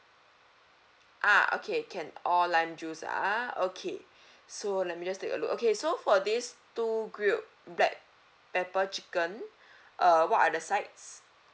ah okay can all lime juice ah okay so let me just take a look okay so for these two grilled black pepper chicken uh what are the sides